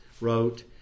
wrote